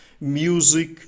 music